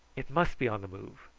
it must be on the move.